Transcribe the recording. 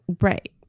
right